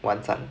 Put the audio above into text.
晚上